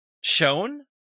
shown